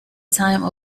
time